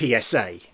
PSA